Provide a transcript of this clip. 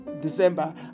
December